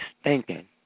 stinking